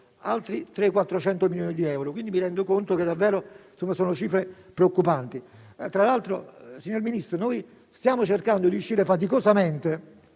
altri 300-400 milioni di euro. Mi rendo conto che sono cifre davvero preoccupanti. Tra l'altro, signor Ministro, stiamo cercando di uscire faticosamente